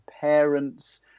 parents